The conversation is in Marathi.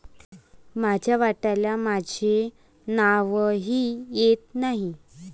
माझ्या वाट्याला माझे नावही येत नाही